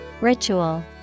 Ritual